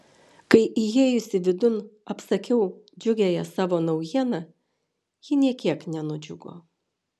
kai įėjusi vidun apsakiau džiugiąją savo naujieną ji nė kiek nenudžiugo